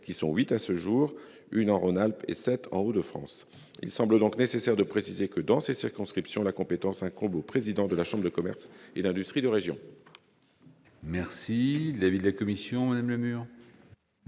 qui sont huit à ce jour, une en Rhône-Alpes et sept dans les Hauts-de-France. Il semble donc nécessaire de préciser que, dans ces circonscriptions, la compétence incombe au président de la chambre de commerce et d'industrie de région. Quel est l'avis de la commission spéciale